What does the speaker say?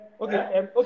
okay